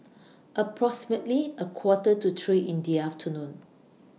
approximately A Quarter to three in The afternoon